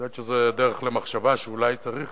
יכול להיות שזוהי הדרך למחשבה, שאולי צריך